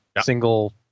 Single